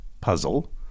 puzzle